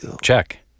Check